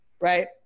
right